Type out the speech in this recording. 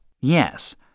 Yes